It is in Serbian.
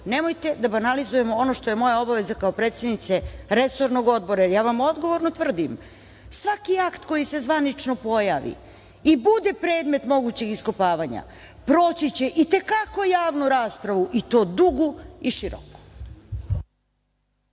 Nemojte da banalizujemo ono što je moja obaveza kao predsednice resornog odbora. Ja vam odgovorno tvrdim, svaki akt koji se zvanično pojavi i bude predmet mogućeg iskopavanja, proći će i te kako javnu raspravu i to dugu i široku.